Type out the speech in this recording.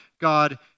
God